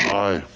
aye.